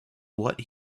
what